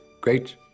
great